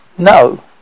No